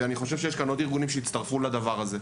ואני חושב שיש כאן עוד ארגונים שיצטרפו לדבר הזה.